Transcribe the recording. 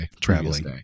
traveling